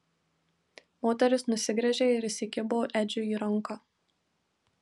moteris nusigręžė ir įsikibo edžiui į ranką